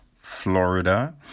Florida